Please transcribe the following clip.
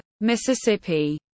Mississippi